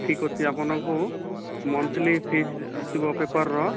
ଠିକ ଅଛି ଆପଣଙ୍କୁ ମନ୍ଥଲି ଫିସ୍ ଆସିବ ପେପରର